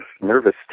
nervous